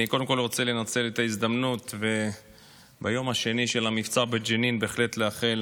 קודם כול אני רוצה לנצל את ההזדמנות וביום השני של המבצע בג'נין לאחל